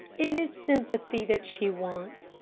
it is sympathy that she wants.